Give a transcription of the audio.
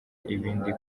ibindi